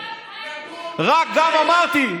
אמרתי,